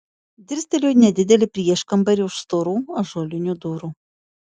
dirstelėjau į nedidelį prieškambarį už storų ąžuolinių durų